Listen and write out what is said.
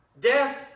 Death